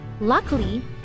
Luckily